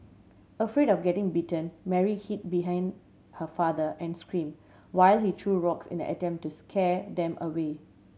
afraid of getting bitten Mary hid behind her father and screamed while he threw rocks in an attempt to scare them away